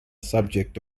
subject